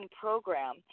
program